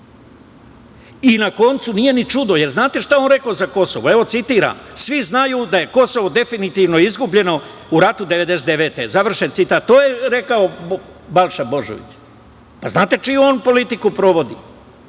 koncu, nije ni čudo, jer znate šta je on rekao za Kosovo, citiram: "Svi znaju da je Kosovo definitivno izgubljeno u ratu 1999. godine". To je rekao Balša Božović. Znate li čiju on politiku sprovodi?